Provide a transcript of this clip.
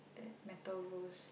that metal rose